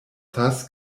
thus